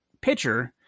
pitcher